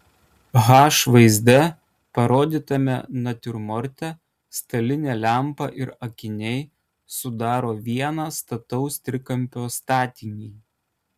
h vaizde parodytame natiurmorte stalinė lempa ir akiniai sudaro vieną stataus trikampio statinį